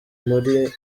muri